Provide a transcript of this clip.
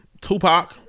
Tupac